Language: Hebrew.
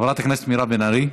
חברת הכנסת מירב בן ארי,